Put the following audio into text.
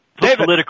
David